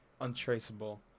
Untraceable